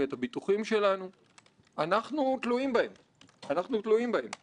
במבט היסטורי, אדוני היושב-ראש, לפני 106 שנים